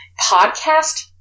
podcast